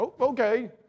okay